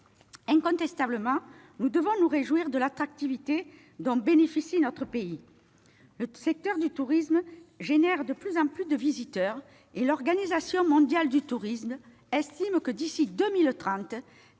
Incontestablement, nous devons nous réjouir de l'attractivité dont bénéficie notre pays : nous recevons de plus en plus de touristes. L'Organisation mondiale du tourisme estime que, d'ici à 2030,